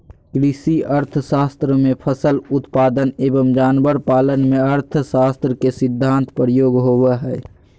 कृषि अर्थशास्त्र में फसल उत्पादन एवं जानवर पालन में अर्थशास्त्र के सिद्धान्त प्रयोग होबो हइ